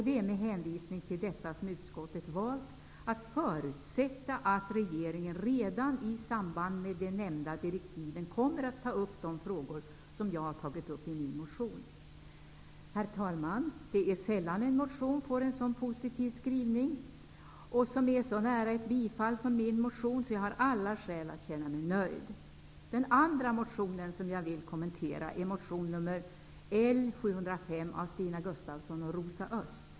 Det är med hänvisning till detta som utskottet valt att förutsätta att regeringen redan i samband med de nämnda direktiven kommer att ta upp de frågor som jag har tagit upp i min motion. Herr talman! Det är sällan en motion får en skrivning som är så positiv och är så nära att bli tillstyrkt som min motion, så jag har alla skäl att känna mig nöjd. Den andra motionen som jag vill kommentera är nr L705 av Stina Gustavsson och Rosa Östh.